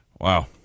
Wow